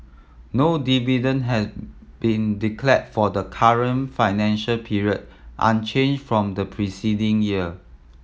no dividend has been declared for the current financial period unchanged from the preceding year